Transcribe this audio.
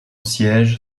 siège